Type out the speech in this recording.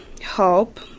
help